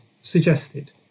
suggested